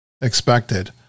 expected